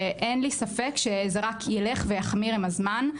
ואין לי ספק שזה רק ילך ויחמיר עם הזמן.